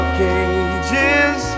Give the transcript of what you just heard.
cages